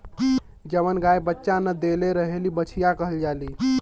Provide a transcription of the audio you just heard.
जवन गाय बच्चा न देले रहेली बछिया कहल जाली